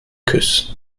küssen